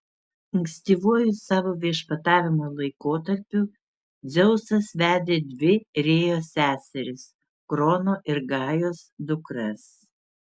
ankstyvuoju savo viešpatavimo laikotarpiu dzeusas vedė dvi rėjos seseris krono ir gajos dukras